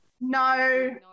no